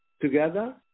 together